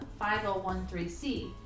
5013C